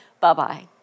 Bye-bye